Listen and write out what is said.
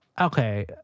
Okay